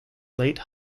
late